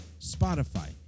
Spotify